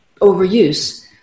overuse